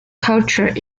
culture